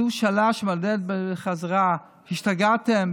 זו שאלה שמהדהדת בחזרה: השתגעתם?